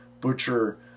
butcher